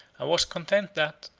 and was content, that,